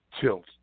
tilt